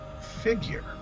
figure